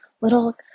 little